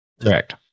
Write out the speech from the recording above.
Correct